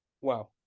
Wow